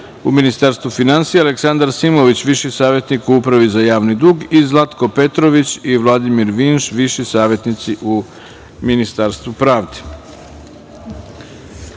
u Ministarstvu finansija, Aleksandar Simović, viši savetnik u Upravi za javni dug i Zlatko Petrović i Vladimir Vinš, viši savetnici u Ministarstvu pravde. Molim